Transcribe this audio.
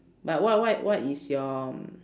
but what what what is your